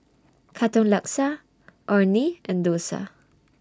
Katong Laksa Orh Nee and Dosa